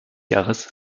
jahres